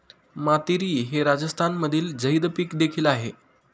मातीरी हे राजस्थानमधील झैद पीक देखील आहे